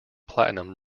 platinum